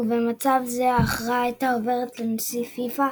ובמצב זה ההכרעה הייתה עוברת לנשיא פיפ"א